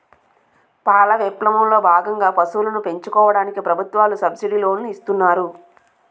పాల విప్లవం లో భాగంగా పశువులను పెంచుకోవడానికి ప్రభుత్వాలు సబ్సిడీ లోనులు ఇస్తున్నారు